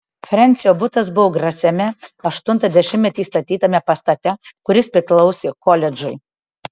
frensio butas buvo grasiame aštuntą dešimtmetį statytame pastate kuris priklausė koledžui